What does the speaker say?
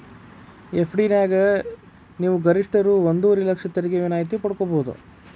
FD ನ್ಯಾಗ ನೇವು ಗರಿಷ್ಠ ರೂ ಒಂದುವರೆ ಲಕ್ಷ ತೆರಿಗೆ ವಿನಾಯಿತಿ ಪಡ್ಕೊಬಹುದು